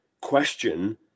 question